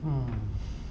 mm